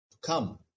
come